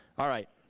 alright.